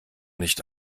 nicht